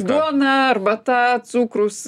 duona arbata cukrus